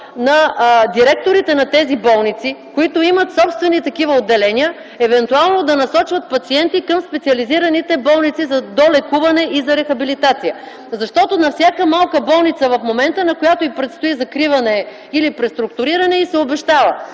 на директорите на тези болници, които имат собствени такива отделения, евентуално да насочват пациенти към специализираните болници за долекуване и за рехабилитация? Защото на всяка малка болница в момента, на която й предстои закриване или преструктуриране, й се обещава: